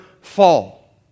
fall